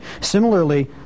Similarly